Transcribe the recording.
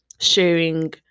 sharing